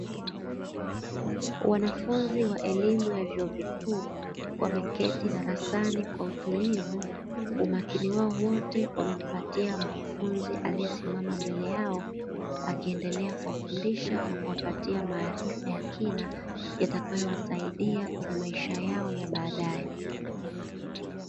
Wanafunzi wa elimu ya vyuo vikuu wameketi na darasani kwa utulivu wa umakini wao wote wamempatia mkufunzi aliyesimama mbele yao, akiendelea kuwafundisha na kuwapatia maarifa ya kina yatakayowasaidia kwenye maisha yao ya baadaye.